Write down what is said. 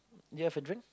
you have a drink